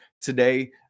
today